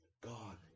God